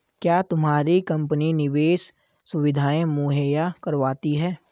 क्या तुम्हारी कंपनी निवेश सुविधायें मुहैया करवाती है?